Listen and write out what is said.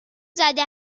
زده